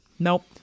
Nope